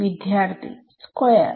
വിദ്യാർത്ഥി സ്ക്വയർ